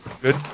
Good